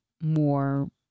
more